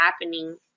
happening